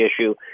issue